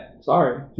Sorry